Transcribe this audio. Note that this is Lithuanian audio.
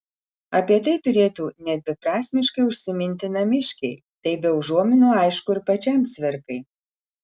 apie tai turėtų nedviprasmiškai užsiminti namiškiai tai be užuominų aišku ir pačiam cvirkai